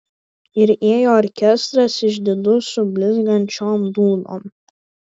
ir ėjo orkestras išdidus su blizgančiom dūdom